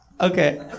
okay